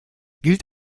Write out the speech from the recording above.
gilt